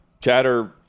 chatter